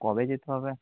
কবে যেতে হবে